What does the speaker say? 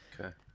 okay